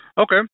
Okay